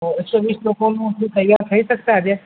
એકસો વીસ લોકોનું આટલું તૈયાર થઇ શકશે આજે